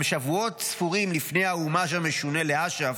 אולם שבועות ספורים לפני ההומאז' המשונה לאש"ף,